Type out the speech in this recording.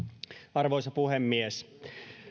arvoisa puhemies